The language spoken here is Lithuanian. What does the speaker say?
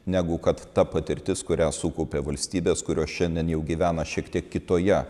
negu kad ta patirtis kurią sukaupė valstybės kurios šiandien jau gyvena šiek tiek kitoje